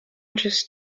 just